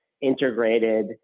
integrated